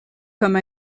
comme